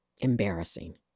embarrassing